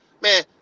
man